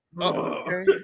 Okay